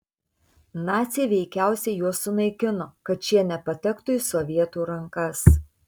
naciai veikiausiai juos sunaikino kad šie nepatektų į sovietų rankas